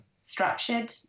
structured